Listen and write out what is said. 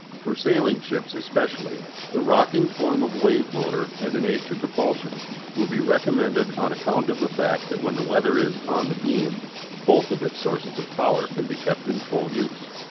for sailing ships especially, the rocking form of wave-motor as an aid to propulsion will be recommended on account of the fact that when the weather is on the beam both of its sources of power can be kept in full use.